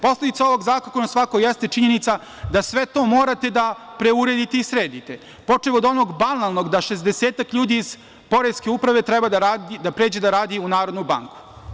Posledica ovog zakona svakako jeste činjenica da sve to morate da preuredite i sredite, počev od onog banalnog da šezdesetak ljudi iz poreske uprave treba da pređe da radi u Narodnu banku.